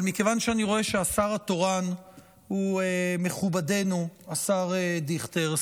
אבל מכיוון שאני רואה שהשר התורן הוא מכובדנו השר דיכטר,